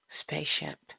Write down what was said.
Spaceship